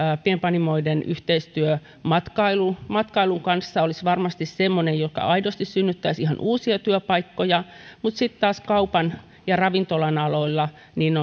pienpanimoiden yhteistyö matkailun kanssa olisi varmasti semmoinen joka aidosti synnyttäisi ihan uusia työpaikkoja mutta sitten taas kaupan ja ravintolan aloilla